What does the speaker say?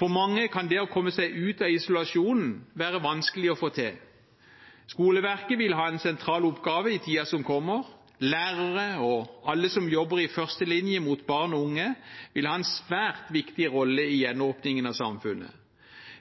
For mange kan det å komme seg ut av isolasjonen være vanskelig å få til. Skoleverket vil ha en sentral oppgave i tiden som kommer. Lærere og alle som jobber i førstelinje mot barn og unge, vil ha en svært viktig rolle i gjenåpningen av samfunnet.